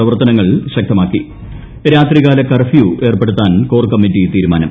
പ്രവർത്തനങ്ങൾ ശക്തമാക്കി രാത്രികാല കർഫ്യൂ ഏർപ്പെടുത്താൻ കോർ കമ്മിറ്റി തീരുമാനം